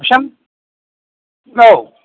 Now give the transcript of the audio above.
बिसिबां औ